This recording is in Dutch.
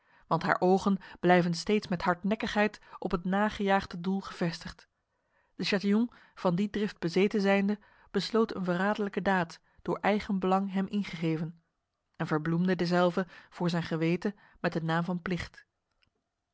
want haar ogen blijven steeds met hardnekkigheid op het nagejaagde doel gevestigd de chatillon van die drift bezeten zijnde besloot een verraderlijke daad door eigenbelang hem ingegeven en verbloemde dezelve voor zijn geweten met de naam van plicht